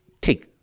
take